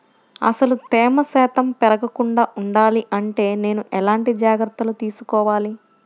అసలు తేమ శాతం పెరగకుండా వుండాలి అంటే నేను ఎలాంటి జాగ్రత్తలు తీసుకోవాలి?